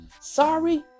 Sorry